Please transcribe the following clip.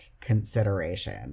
consideration